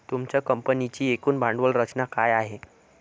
तुमच्या कंपनीची एकूण भांडवल रचना काय आहे?